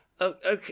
Okay